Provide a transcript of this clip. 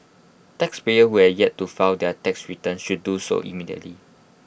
taxpayers who have yet to file their tax returns should do so immediately